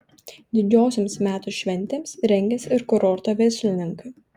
didžiosioms metų šventėms rengiasi ir kurorto verslininkai